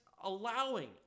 allowing